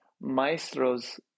maestros